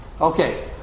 Okay